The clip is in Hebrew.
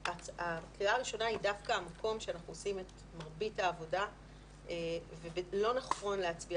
שהקריאה הראשונה היא דווקא שאנחנו עושים את מרבית העבודה ולא נכון להצביע